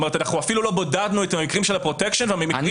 אנחנו אפילו לא בודדנו את המקרים של הפרוטקשן והמקרים